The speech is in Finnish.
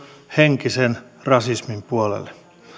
henkisen rasismin puolelle